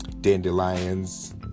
dandelions